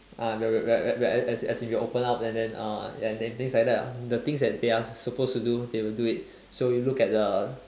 ah will will where where where as in as in will open up and then uh ya and then things like that ah the things that they are suppose to do they will do it so you look at the